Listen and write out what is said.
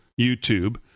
youtube